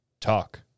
talk